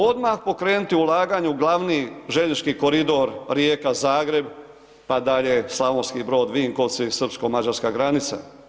Odmah pokrenuti ulaganje u glavni željeznički koridor Rijeka-Zagreb, pa dalje Slavonski Brod-Vinkovci i srpsko-mađarska granica.